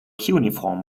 cuneiform